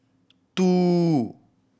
two